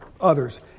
others